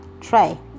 Try